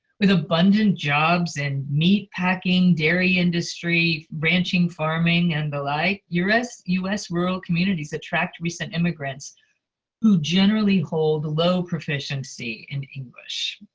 with abundant jobs in meat packing, dairy industry ranching, farming and the like, us us rural communities attract recent immigrants who generally hold low proficiency in english.